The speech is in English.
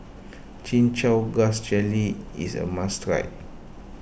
Chin Chow Grass Jelly is a must try